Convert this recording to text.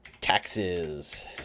taxes